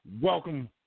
Welcome